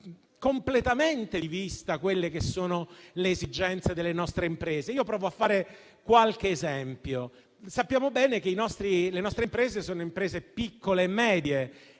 completamente di vista le esigenze delle nostre imprese. Provo a fare qualche esempio: sappiamo bene che le nostre imprese sono piccole e medie.